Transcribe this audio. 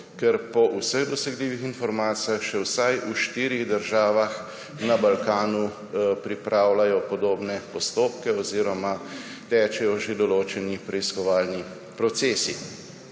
ker po vseh dosegljivih informacijah še vsaj v štirih državah na Balkanu pripravljajo podobne postopke oziroma tečejo že določeni preiskovalni procesi.